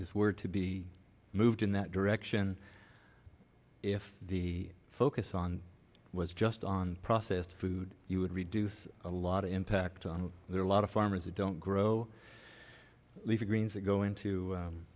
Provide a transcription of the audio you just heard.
this were to be moved in that direction if the focus on was just on processed food you would reduce a lot of impact on there a lot of farmers that don't grow leafy greens that go into